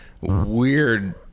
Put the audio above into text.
weird